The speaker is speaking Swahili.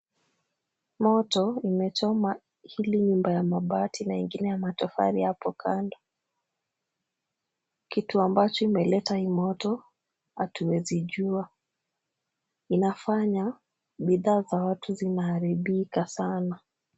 Moto umechoma hili nyumba ya mabati na ingine ya matofali hapo kando. Kitu ambacho imeleta hii moto hatuwezi jua. Inafanya bidhaa za watu zinaharibika sana.